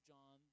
John